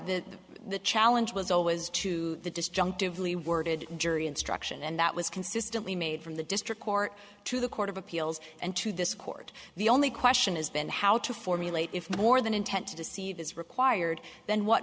the the challenge was always to the disjunctive lee worded jury instruction and that was consistently made from the district court to the court of appeals and to this court the only question is been how to formulate if more than intent to deceive is required then what